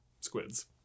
squids